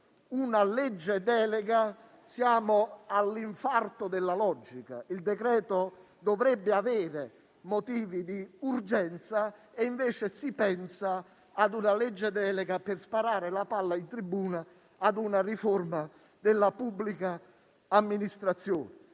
una legge delega, siamo all'infarto della logica. Il decreto dovrebbe avere motivi di urgenza e, invece, si pensa a una legge delega per sparare la palla in tribuna a una riforma della pubblica amministrazione.